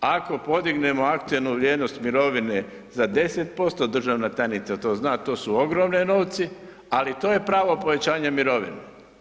Ako podignemo aktualnu vrijednost mirovine za 10%, državna tajnica to zna to su ogromni novci, ali to je pravo povećanje mirovine.